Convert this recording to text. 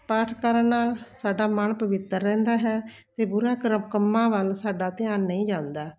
ਪਾਠ ਕਰਨ ਨਾਲ ਸਾਡਾ ਮਨ ਪਵਿੱਤਰ ਰਹਿੰਦਾ ਹੈ ਅਤੇ ਬੁਰਾ ਕਰਮ ਕੰਮਾਂ ਵੱਲ ਸਾਡਾ ਧਿਆਨ ਨਹੀਂ ਜਾਂਦਾ